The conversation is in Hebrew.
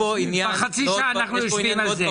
כבר חצי שעה אנחנו יושבים על זה.